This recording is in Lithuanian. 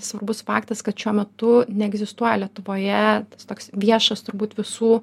svarbus faktas kad šiuo metu neegzistuoja lietuvoje toks viešas turbūt visų